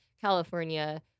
california